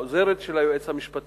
שהיא בעצם העוזרת של היועץ המשפטי,